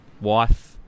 wife